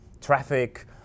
traffic